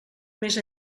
més